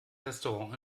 restaurant